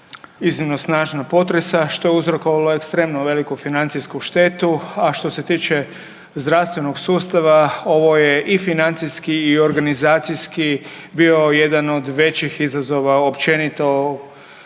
iznimno snažna potresa, što je uzrokovalo ekstremno veliku financijsku štetu, a što se tiče zdravstvenog sustava, ovo je financijski i organizacijski bio jedan od većih izazova, općenito